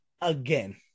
again